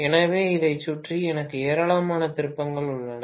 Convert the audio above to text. எனவே இதைச் சுற்றி எனக்கு ஏராளமான திருப்பங்கள் உள்ளன